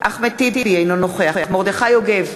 אחמד טיבי, אינו נוכח מרדכי יוגב,